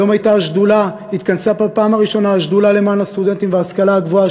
היום התכנסה פה בפעם הראשונה השדולה למען הסטודנטים וההשכלה הגבוהה,